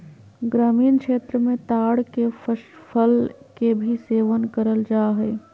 ग्रामीण क्षेत्र मे ताड़ के फल के भी सेवन करल जा हय